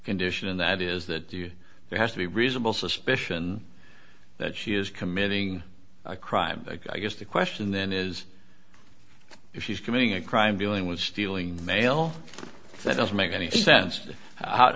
condition and that is that you there has to be reasonable suspicion that she is committing a crime i guess the question then is if she's committing a crime dealing with stealing mail that doesn't make any sense how